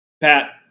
Pat